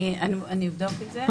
אני אבדוק את זה.